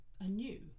anew